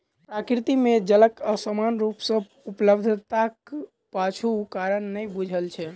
प्रकृति मे जलक असमान रूप सॅ उपलब्धताक पाछूक कारण नै बूझल छै